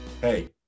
hey